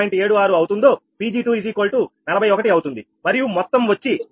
76 అవుతుందో 𝑃𝑔241 అవుతుంది మరియు మొత్తం వచ్చి 73